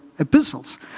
Epistles